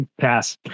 pass